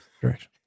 Direction